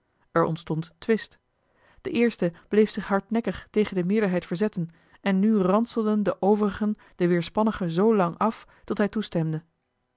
er ontstond twist de eerste bleef zich hardnekkig tegen de meerderheid verzetten en nu ranselden de overigen den weerspannige zoo lang af tot hij toestemde